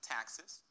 Taxes